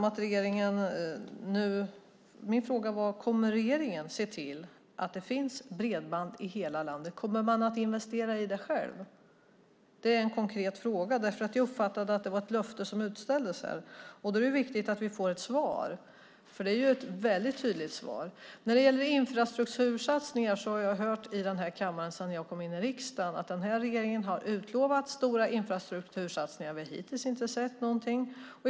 Min fråga var: Kommer regeringen att se till att det finns bredband i hela landet? Kommer man själv att investera i det? Det är en konkret fråga. Jag uppfattade att det var ett löfte som utställdes här, och då är det viktigt att vi får ett svar. Det är ju ett väldigt tydligt svar. När det gäller infrastruktursatsningar har jag sedan jag kom in i riksdagen hört i den här kammaren att regeringen har utlovat stora sådana. Men vi har hittills inte sett någonting av det.